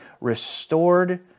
restored